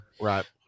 right